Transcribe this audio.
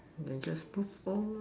then just perform lor